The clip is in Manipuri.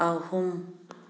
ꯑꯍꯨꯝ